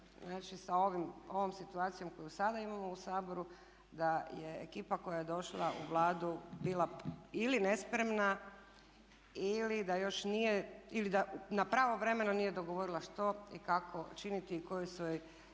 znači sa ovom situacijom koju sada imamo u Saboru da je ekipa koja je došla u Vladu bila ili nespremna ili da još nije ili da pravovremeno nije dogovorila što i kako činiti i koji su joj